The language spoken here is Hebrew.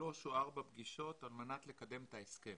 שלוש או ארבע פגישות על מנת לקדם את ההסכם.